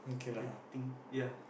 I think ya